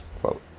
quote